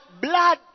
blood